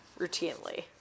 Routinely